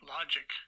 Logic